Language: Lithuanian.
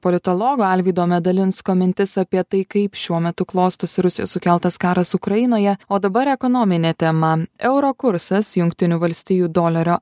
politologo alvydo medalinsko mintis apie tai kaip šiuo metu klostosi rusijos sukeltas karas ukrainoje o dabar ekonominė tema euro kursas jungtinių valstijų dolerio